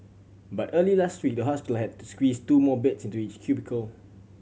but early last week the hospital had to squeeze two more beds into each cubicle